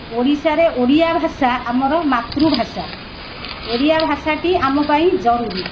ଓଡ଼ିଶାରେ ଓଡ଼ିଆଭାଷା ଆମର ମାତୃଭାଷା ଓଡ଼ିଆଭାଷାଟି ଆମ ପାଇଁ ଜରୁରୀ